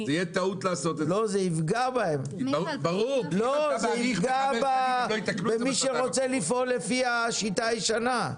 לא, זה יפגע במי שרוצה לפעול לפי השיטה הישנה.